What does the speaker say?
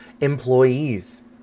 employees